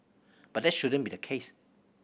but that shouldn't be the case